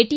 T